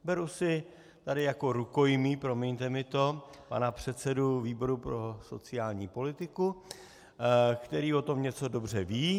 Beru si tady jako rukojmí promiňte mi to pana předsedu výboru pro sociální politiku, který o tom něco dobře ví.